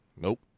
nope